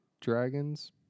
Dragons